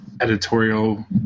editorial